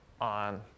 on